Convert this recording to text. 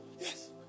yes